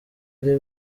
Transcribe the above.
ari